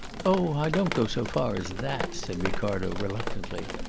oh, i don't go so far as that, said ricardo reluctantly.